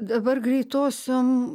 dabar greitosiom